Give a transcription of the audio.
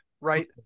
Right